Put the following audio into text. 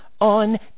On